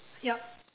yup